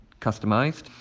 customized